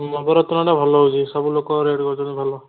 ନବରତ୍ନଟା ଭଲ ହେଉଛି ସବୁଲୋକ ରେଟ୍ ଦେଉଛନ୍ତି ଭଲ